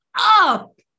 up